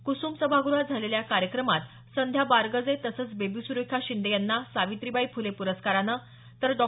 कुसुम सभागृहात झालेल्या या कार्यक्रमात संध्या बारगजे तसंच बेबीस्रेखा शिंदे यांना सावित्रीबाई फुले पुरस्कारानं तर डॉ